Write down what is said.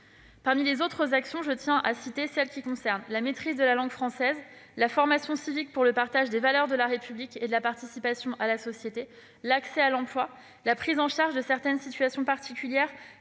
Parmi les autres actions, je tiens à citer celles qui concernent la maîtrise de la langue française, la formation civique pour le partage des valeurs de la République et la participation à la vie de la société, l'accès à l'emploi, la prise en charge de certaines situations particulières